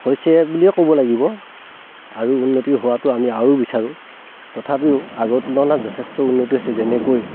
হৈছে বুলিয়ে ক'ব লাগিব আৰু উন্নতি হোৱাটো আমি আৰু বিচাৰোঁ তথাপিও আগৰ তুলনাত যথেষ্ট উন্নতি হৈছে যেনেকৈ